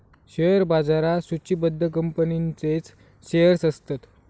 share बाजारात सुचिबद्ध कंपनींचेच शेअर्स असतत